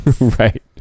Right